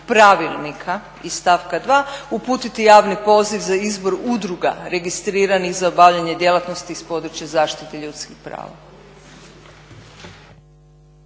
Pravilnika iz stavka 2. uputiti javni poziv za izbor udruga registriranih za obavljanje djelatnosti iz područja zaštite ljudskih prava.